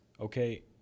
okay